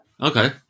Okay